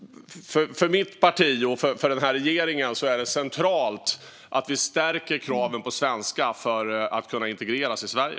För mitt parti och för regeringen är det centralt att vi stärker kraven på svenska för att människor ska kunna integreras i Sverige.